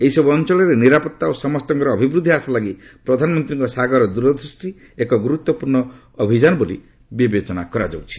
ଏହିସବ୍ ଅଞ୍ଚଳରେ ନିରାପତ୍ତା ଓ ସମସ୍ତଙ୍କର ଅଭିବୃଦ୍ଧି ହାସଲ ଲାଗି ପ୍ରଧାନମନ୍ତ୍ରୀଙ୍କ 'ସାଗର' ଦୂରଦୃଷ୍ଟି ଏକ ଗୁରୁତ୍ୱପୂର୍ଣ୍ଣ ଅଭିଯାନ ବୋଲି ବିବେଚନା କରାଯାଉଛି